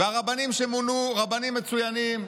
הרבנים שמונו הם רבנים מצוינים.